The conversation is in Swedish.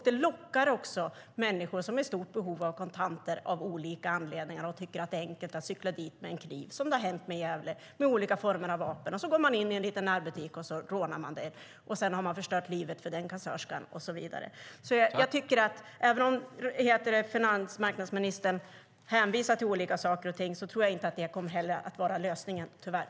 Det lockar människor som av olika anledningar är i stort behov av kontanter och tycker att det är enkelt att cykla till butiken med en kniv. Det har hänt i Gävle med olika former av vapen. Man går in i en närbutik och rånar den, och sedan har man förstört livet för den kassörskan. Även om finansmarknadsministern hänvisar till olika saker tror jag inte att det kommer att vara lösningen, tyvärr.